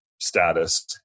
status